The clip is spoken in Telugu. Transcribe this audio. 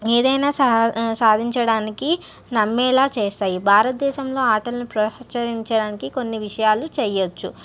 ఏదైనా సా సాధించడానికి నమ్మేలా చేస్తాయి భారతదేశంలో ఆటలను ప్రోత్సహించడానికి కొన్ని విషయాలు చేయచ్చు